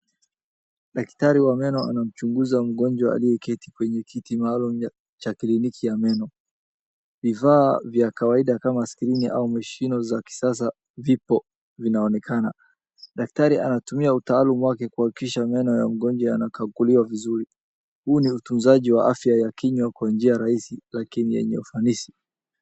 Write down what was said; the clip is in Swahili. Daktari wa meno anamchunguza mgonjwa aliyeketi kwenye kiti maalum cha kliniki ya meno, vifaa vya kawaida kama skrini au mashine za kisasa vipo vinaonekana. Daktari anatumia utaalum wake kuhakikisha meno ya mgonjwa yanakaguliwa vizuri, huu ni utunzaji wa afya ya kinywa kwa njia rahisi lakini yenye ufanisi.